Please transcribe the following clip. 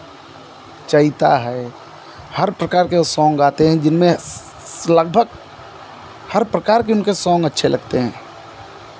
चैता है हर प्रकार के सोंग आते हैं जिनमें लगभग हर प्रकार के उनके सोंग अच्छे लगते हैं